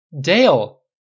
Dale